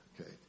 okay